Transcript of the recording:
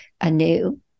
anew